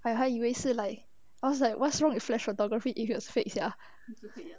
还还以为是 like I was like what's wrong with flash photography if it's were fake sia